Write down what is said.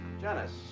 Janice